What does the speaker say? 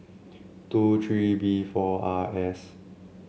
two three B four R S